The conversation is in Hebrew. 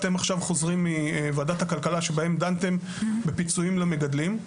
אתם חוזרים מוועדת הכלכלה בה דנתם בפיצויים למגדלים.